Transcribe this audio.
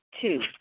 Two